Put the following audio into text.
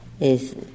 is-